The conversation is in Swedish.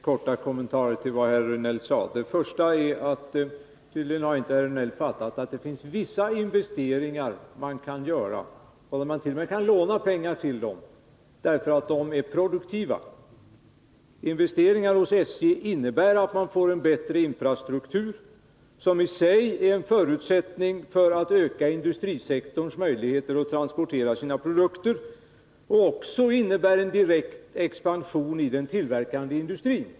Herr talman! Bara ett par korta kommentarer till vad herr Rejdnell sade. Tydligen har inte herr Rejdnell fattat att det finns vissa investeringar som man kan göra — man kan t.o.m. låna pengar till dem därför att de är produktiva. Investeringar hos SJ innebär att man får en bättre infrastruktur, som i sig är en förutsättning för att öka industrisektorns möjligheter att transportera sina produkter och även innebär en direkt expansion i den tillverkande industrin.